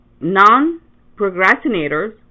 Non-procrastinators